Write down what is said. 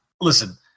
Listen